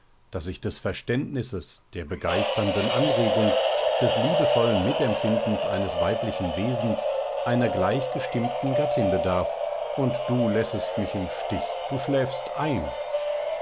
daß ich des verständnisses der begeisternden anregung des liebevollen mitempfindens eines weiblichen wesens einer gleichgestimmten gattin bedarf und du lässest mich im stich du schläfst ein